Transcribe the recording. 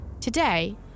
Today